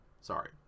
sorry